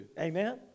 Amen